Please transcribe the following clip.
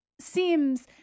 seems